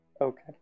Okay